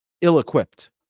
ill-equipped